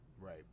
Right